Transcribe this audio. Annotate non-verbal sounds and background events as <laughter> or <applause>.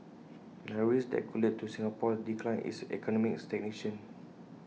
<noise> narrow risk that could lead to Singapore's decline is economic stagnation